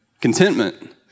contentment